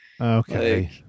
okay